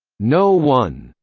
no one.